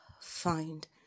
Find